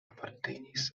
apartenis